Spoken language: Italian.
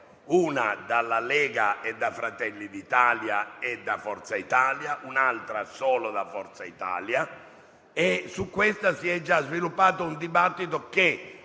una dalla Lega, Fratelli d'Italia e Forza Italia; un'altra solo da Forza Italia - sulle quali si è già sviluppato un dibattito.